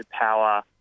power